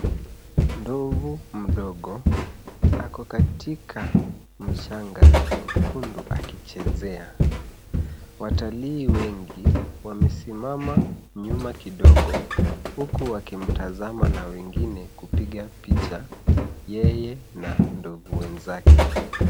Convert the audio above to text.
Ndovu mdogo ako katika mchanga nyekundu akichezea. Watalii wengi wamesimama nyuma kidogo, huku wakimtazama na wengine kupiga picha, yeye na ndovu wenzake.